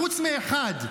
חוץ מאחד: